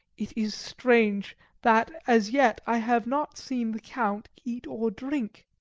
it is strange that as yet i have not seen the count eat or drink.